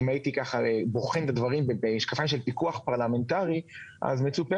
אם אני הייתי בוחן את הדברים במשקפיים של פיקוח פרלמנטרי אז מצופה